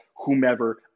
whomever